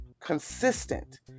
consistent